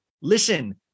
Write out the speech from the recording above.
listen